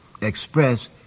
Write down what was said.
express